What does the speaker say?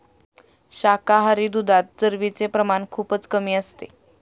शाकाहारी दुधात चरबीचे प्रमाण खूपच कमी असते